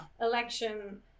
election